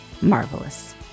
marvelous